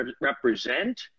represent